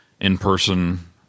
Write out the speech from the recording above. in-person